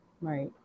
Right